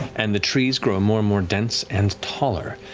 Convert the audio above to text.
and the trees grow more and more dense and taller.